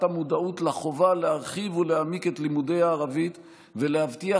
המודעות לחובה להרחיב ולהעמיק את לימודי הערבית ולהבטיח